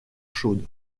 chaude